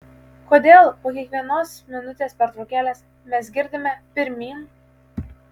kodėl po kiekvienos minutės pertraukėlės mes girdime pirmyn